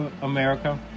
America